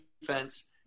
defense